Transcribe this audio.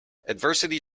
adversity